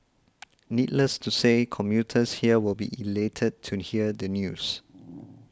needless to say commuters here will be elated to hear the news